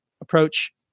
approach